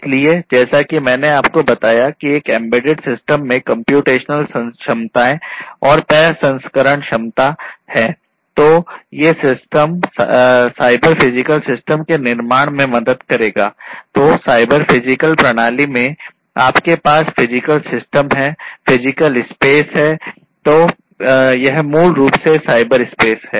इसलिए जैसा कि मैंने आपको बताया कि एक एम्बेडेड सिस्टम में कम्प्यूटेशनल क्षमताएं और प्रसंस्करण है